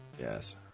Yes